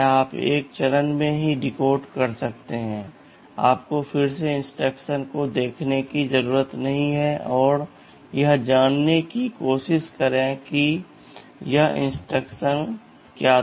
आप एक चरण में ही डिकोड कर सकते हैं आपको फिर से इंस्ट्रक्शन को देखने की ज़रूरत नहीं है और यह जानने की कोशिश करें कि यह इंस्ट्रक्शन क्या था